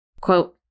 Quote